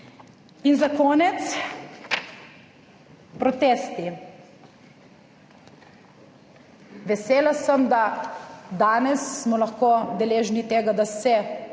In za konec, protesti. Vesela sem, da danes smo lahko deležni tega, da se protesti